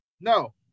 No